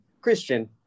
Christian